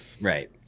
Right